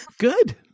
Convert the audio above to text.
Good